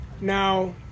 now